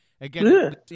Again